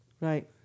Right